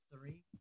three